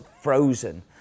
frozen